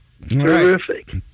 terrific